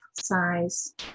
size